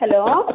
hello